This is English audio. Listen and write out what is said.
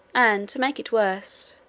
and, to make it worse,